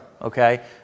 Okay